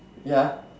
ya